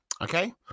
Okay